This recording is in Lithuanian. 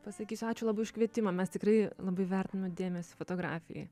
pasakysiu ačiū labai už kvietimą mes tikrai labai vertiname dėmesį fotografijai